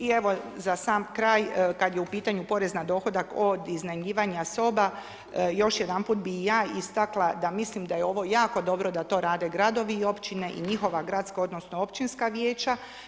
I evo za sam kraj, kad je u pitanju porez na dohodak od iznajmljivanja soba, još jedanput bi ja istakla da mislim da je ovo jako dobro da to rade gradovi i općine i njihova gradska odnosno općinska vijeća.